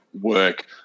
work